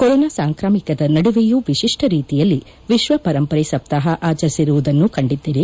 corona ಸಾಂಕ್ರಾಮಿಕದ ನಡುವೆಯೂ ವಿಶಿಷ್ಟ ರೀತಿಯಲ್ಲಿ ವಿಶ್ವ ಪರಂಪರ ಸಪ್ತಾಹ ಆಚರಿಸಿರುವುದನ್ನು ಕಂಡಿದ್ದೇವೆ